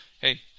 hey